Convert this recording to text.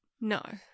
No